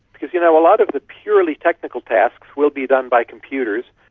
because, you know, a lot of the purely technical tasks will be done by computers,